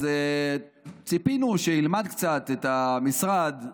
אז ציפינו שילמד קצת את המשרד.